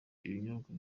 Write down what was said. n’ibinyobwa